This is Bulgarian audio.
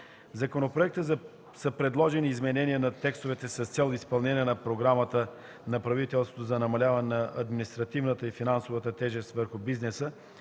законопроекта са предложени изменения на текстове с цел изпълнение на Програмата на правителството за намаляване на административната и финансовата тежест върху бизнеса